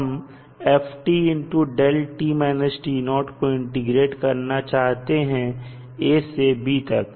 हम को इंटीग्रेट करना चाहते हैं a से b तक